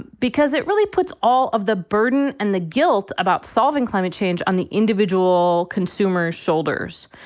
because it really puts all of the burden and the guilt about solving climate change on the individual consumers shoulders.